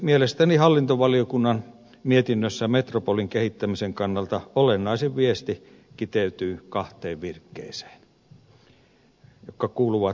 mielestäni hallintovaliokunnan mietinnössä metropolin kehittämisen kannalta olennaisin viesti kiteytyy kahteen virkkeeseen jotka kuuluvat näin